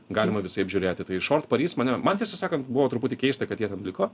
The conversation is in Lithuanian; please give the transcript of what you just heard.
galima visaip žiūrėti tai šort paris mane man tiesą sakant buvo truputį keista kad jie ten liko